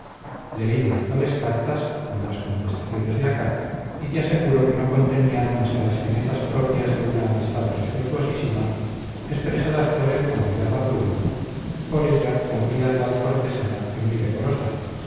leí las tales cartas como las contestaciones de acá y te aseguro que no contenían más que las finezas propias de una amistad respetuosísima expresadas por él con gallarda pluma por ella con frialdad cortesana y muy decorosa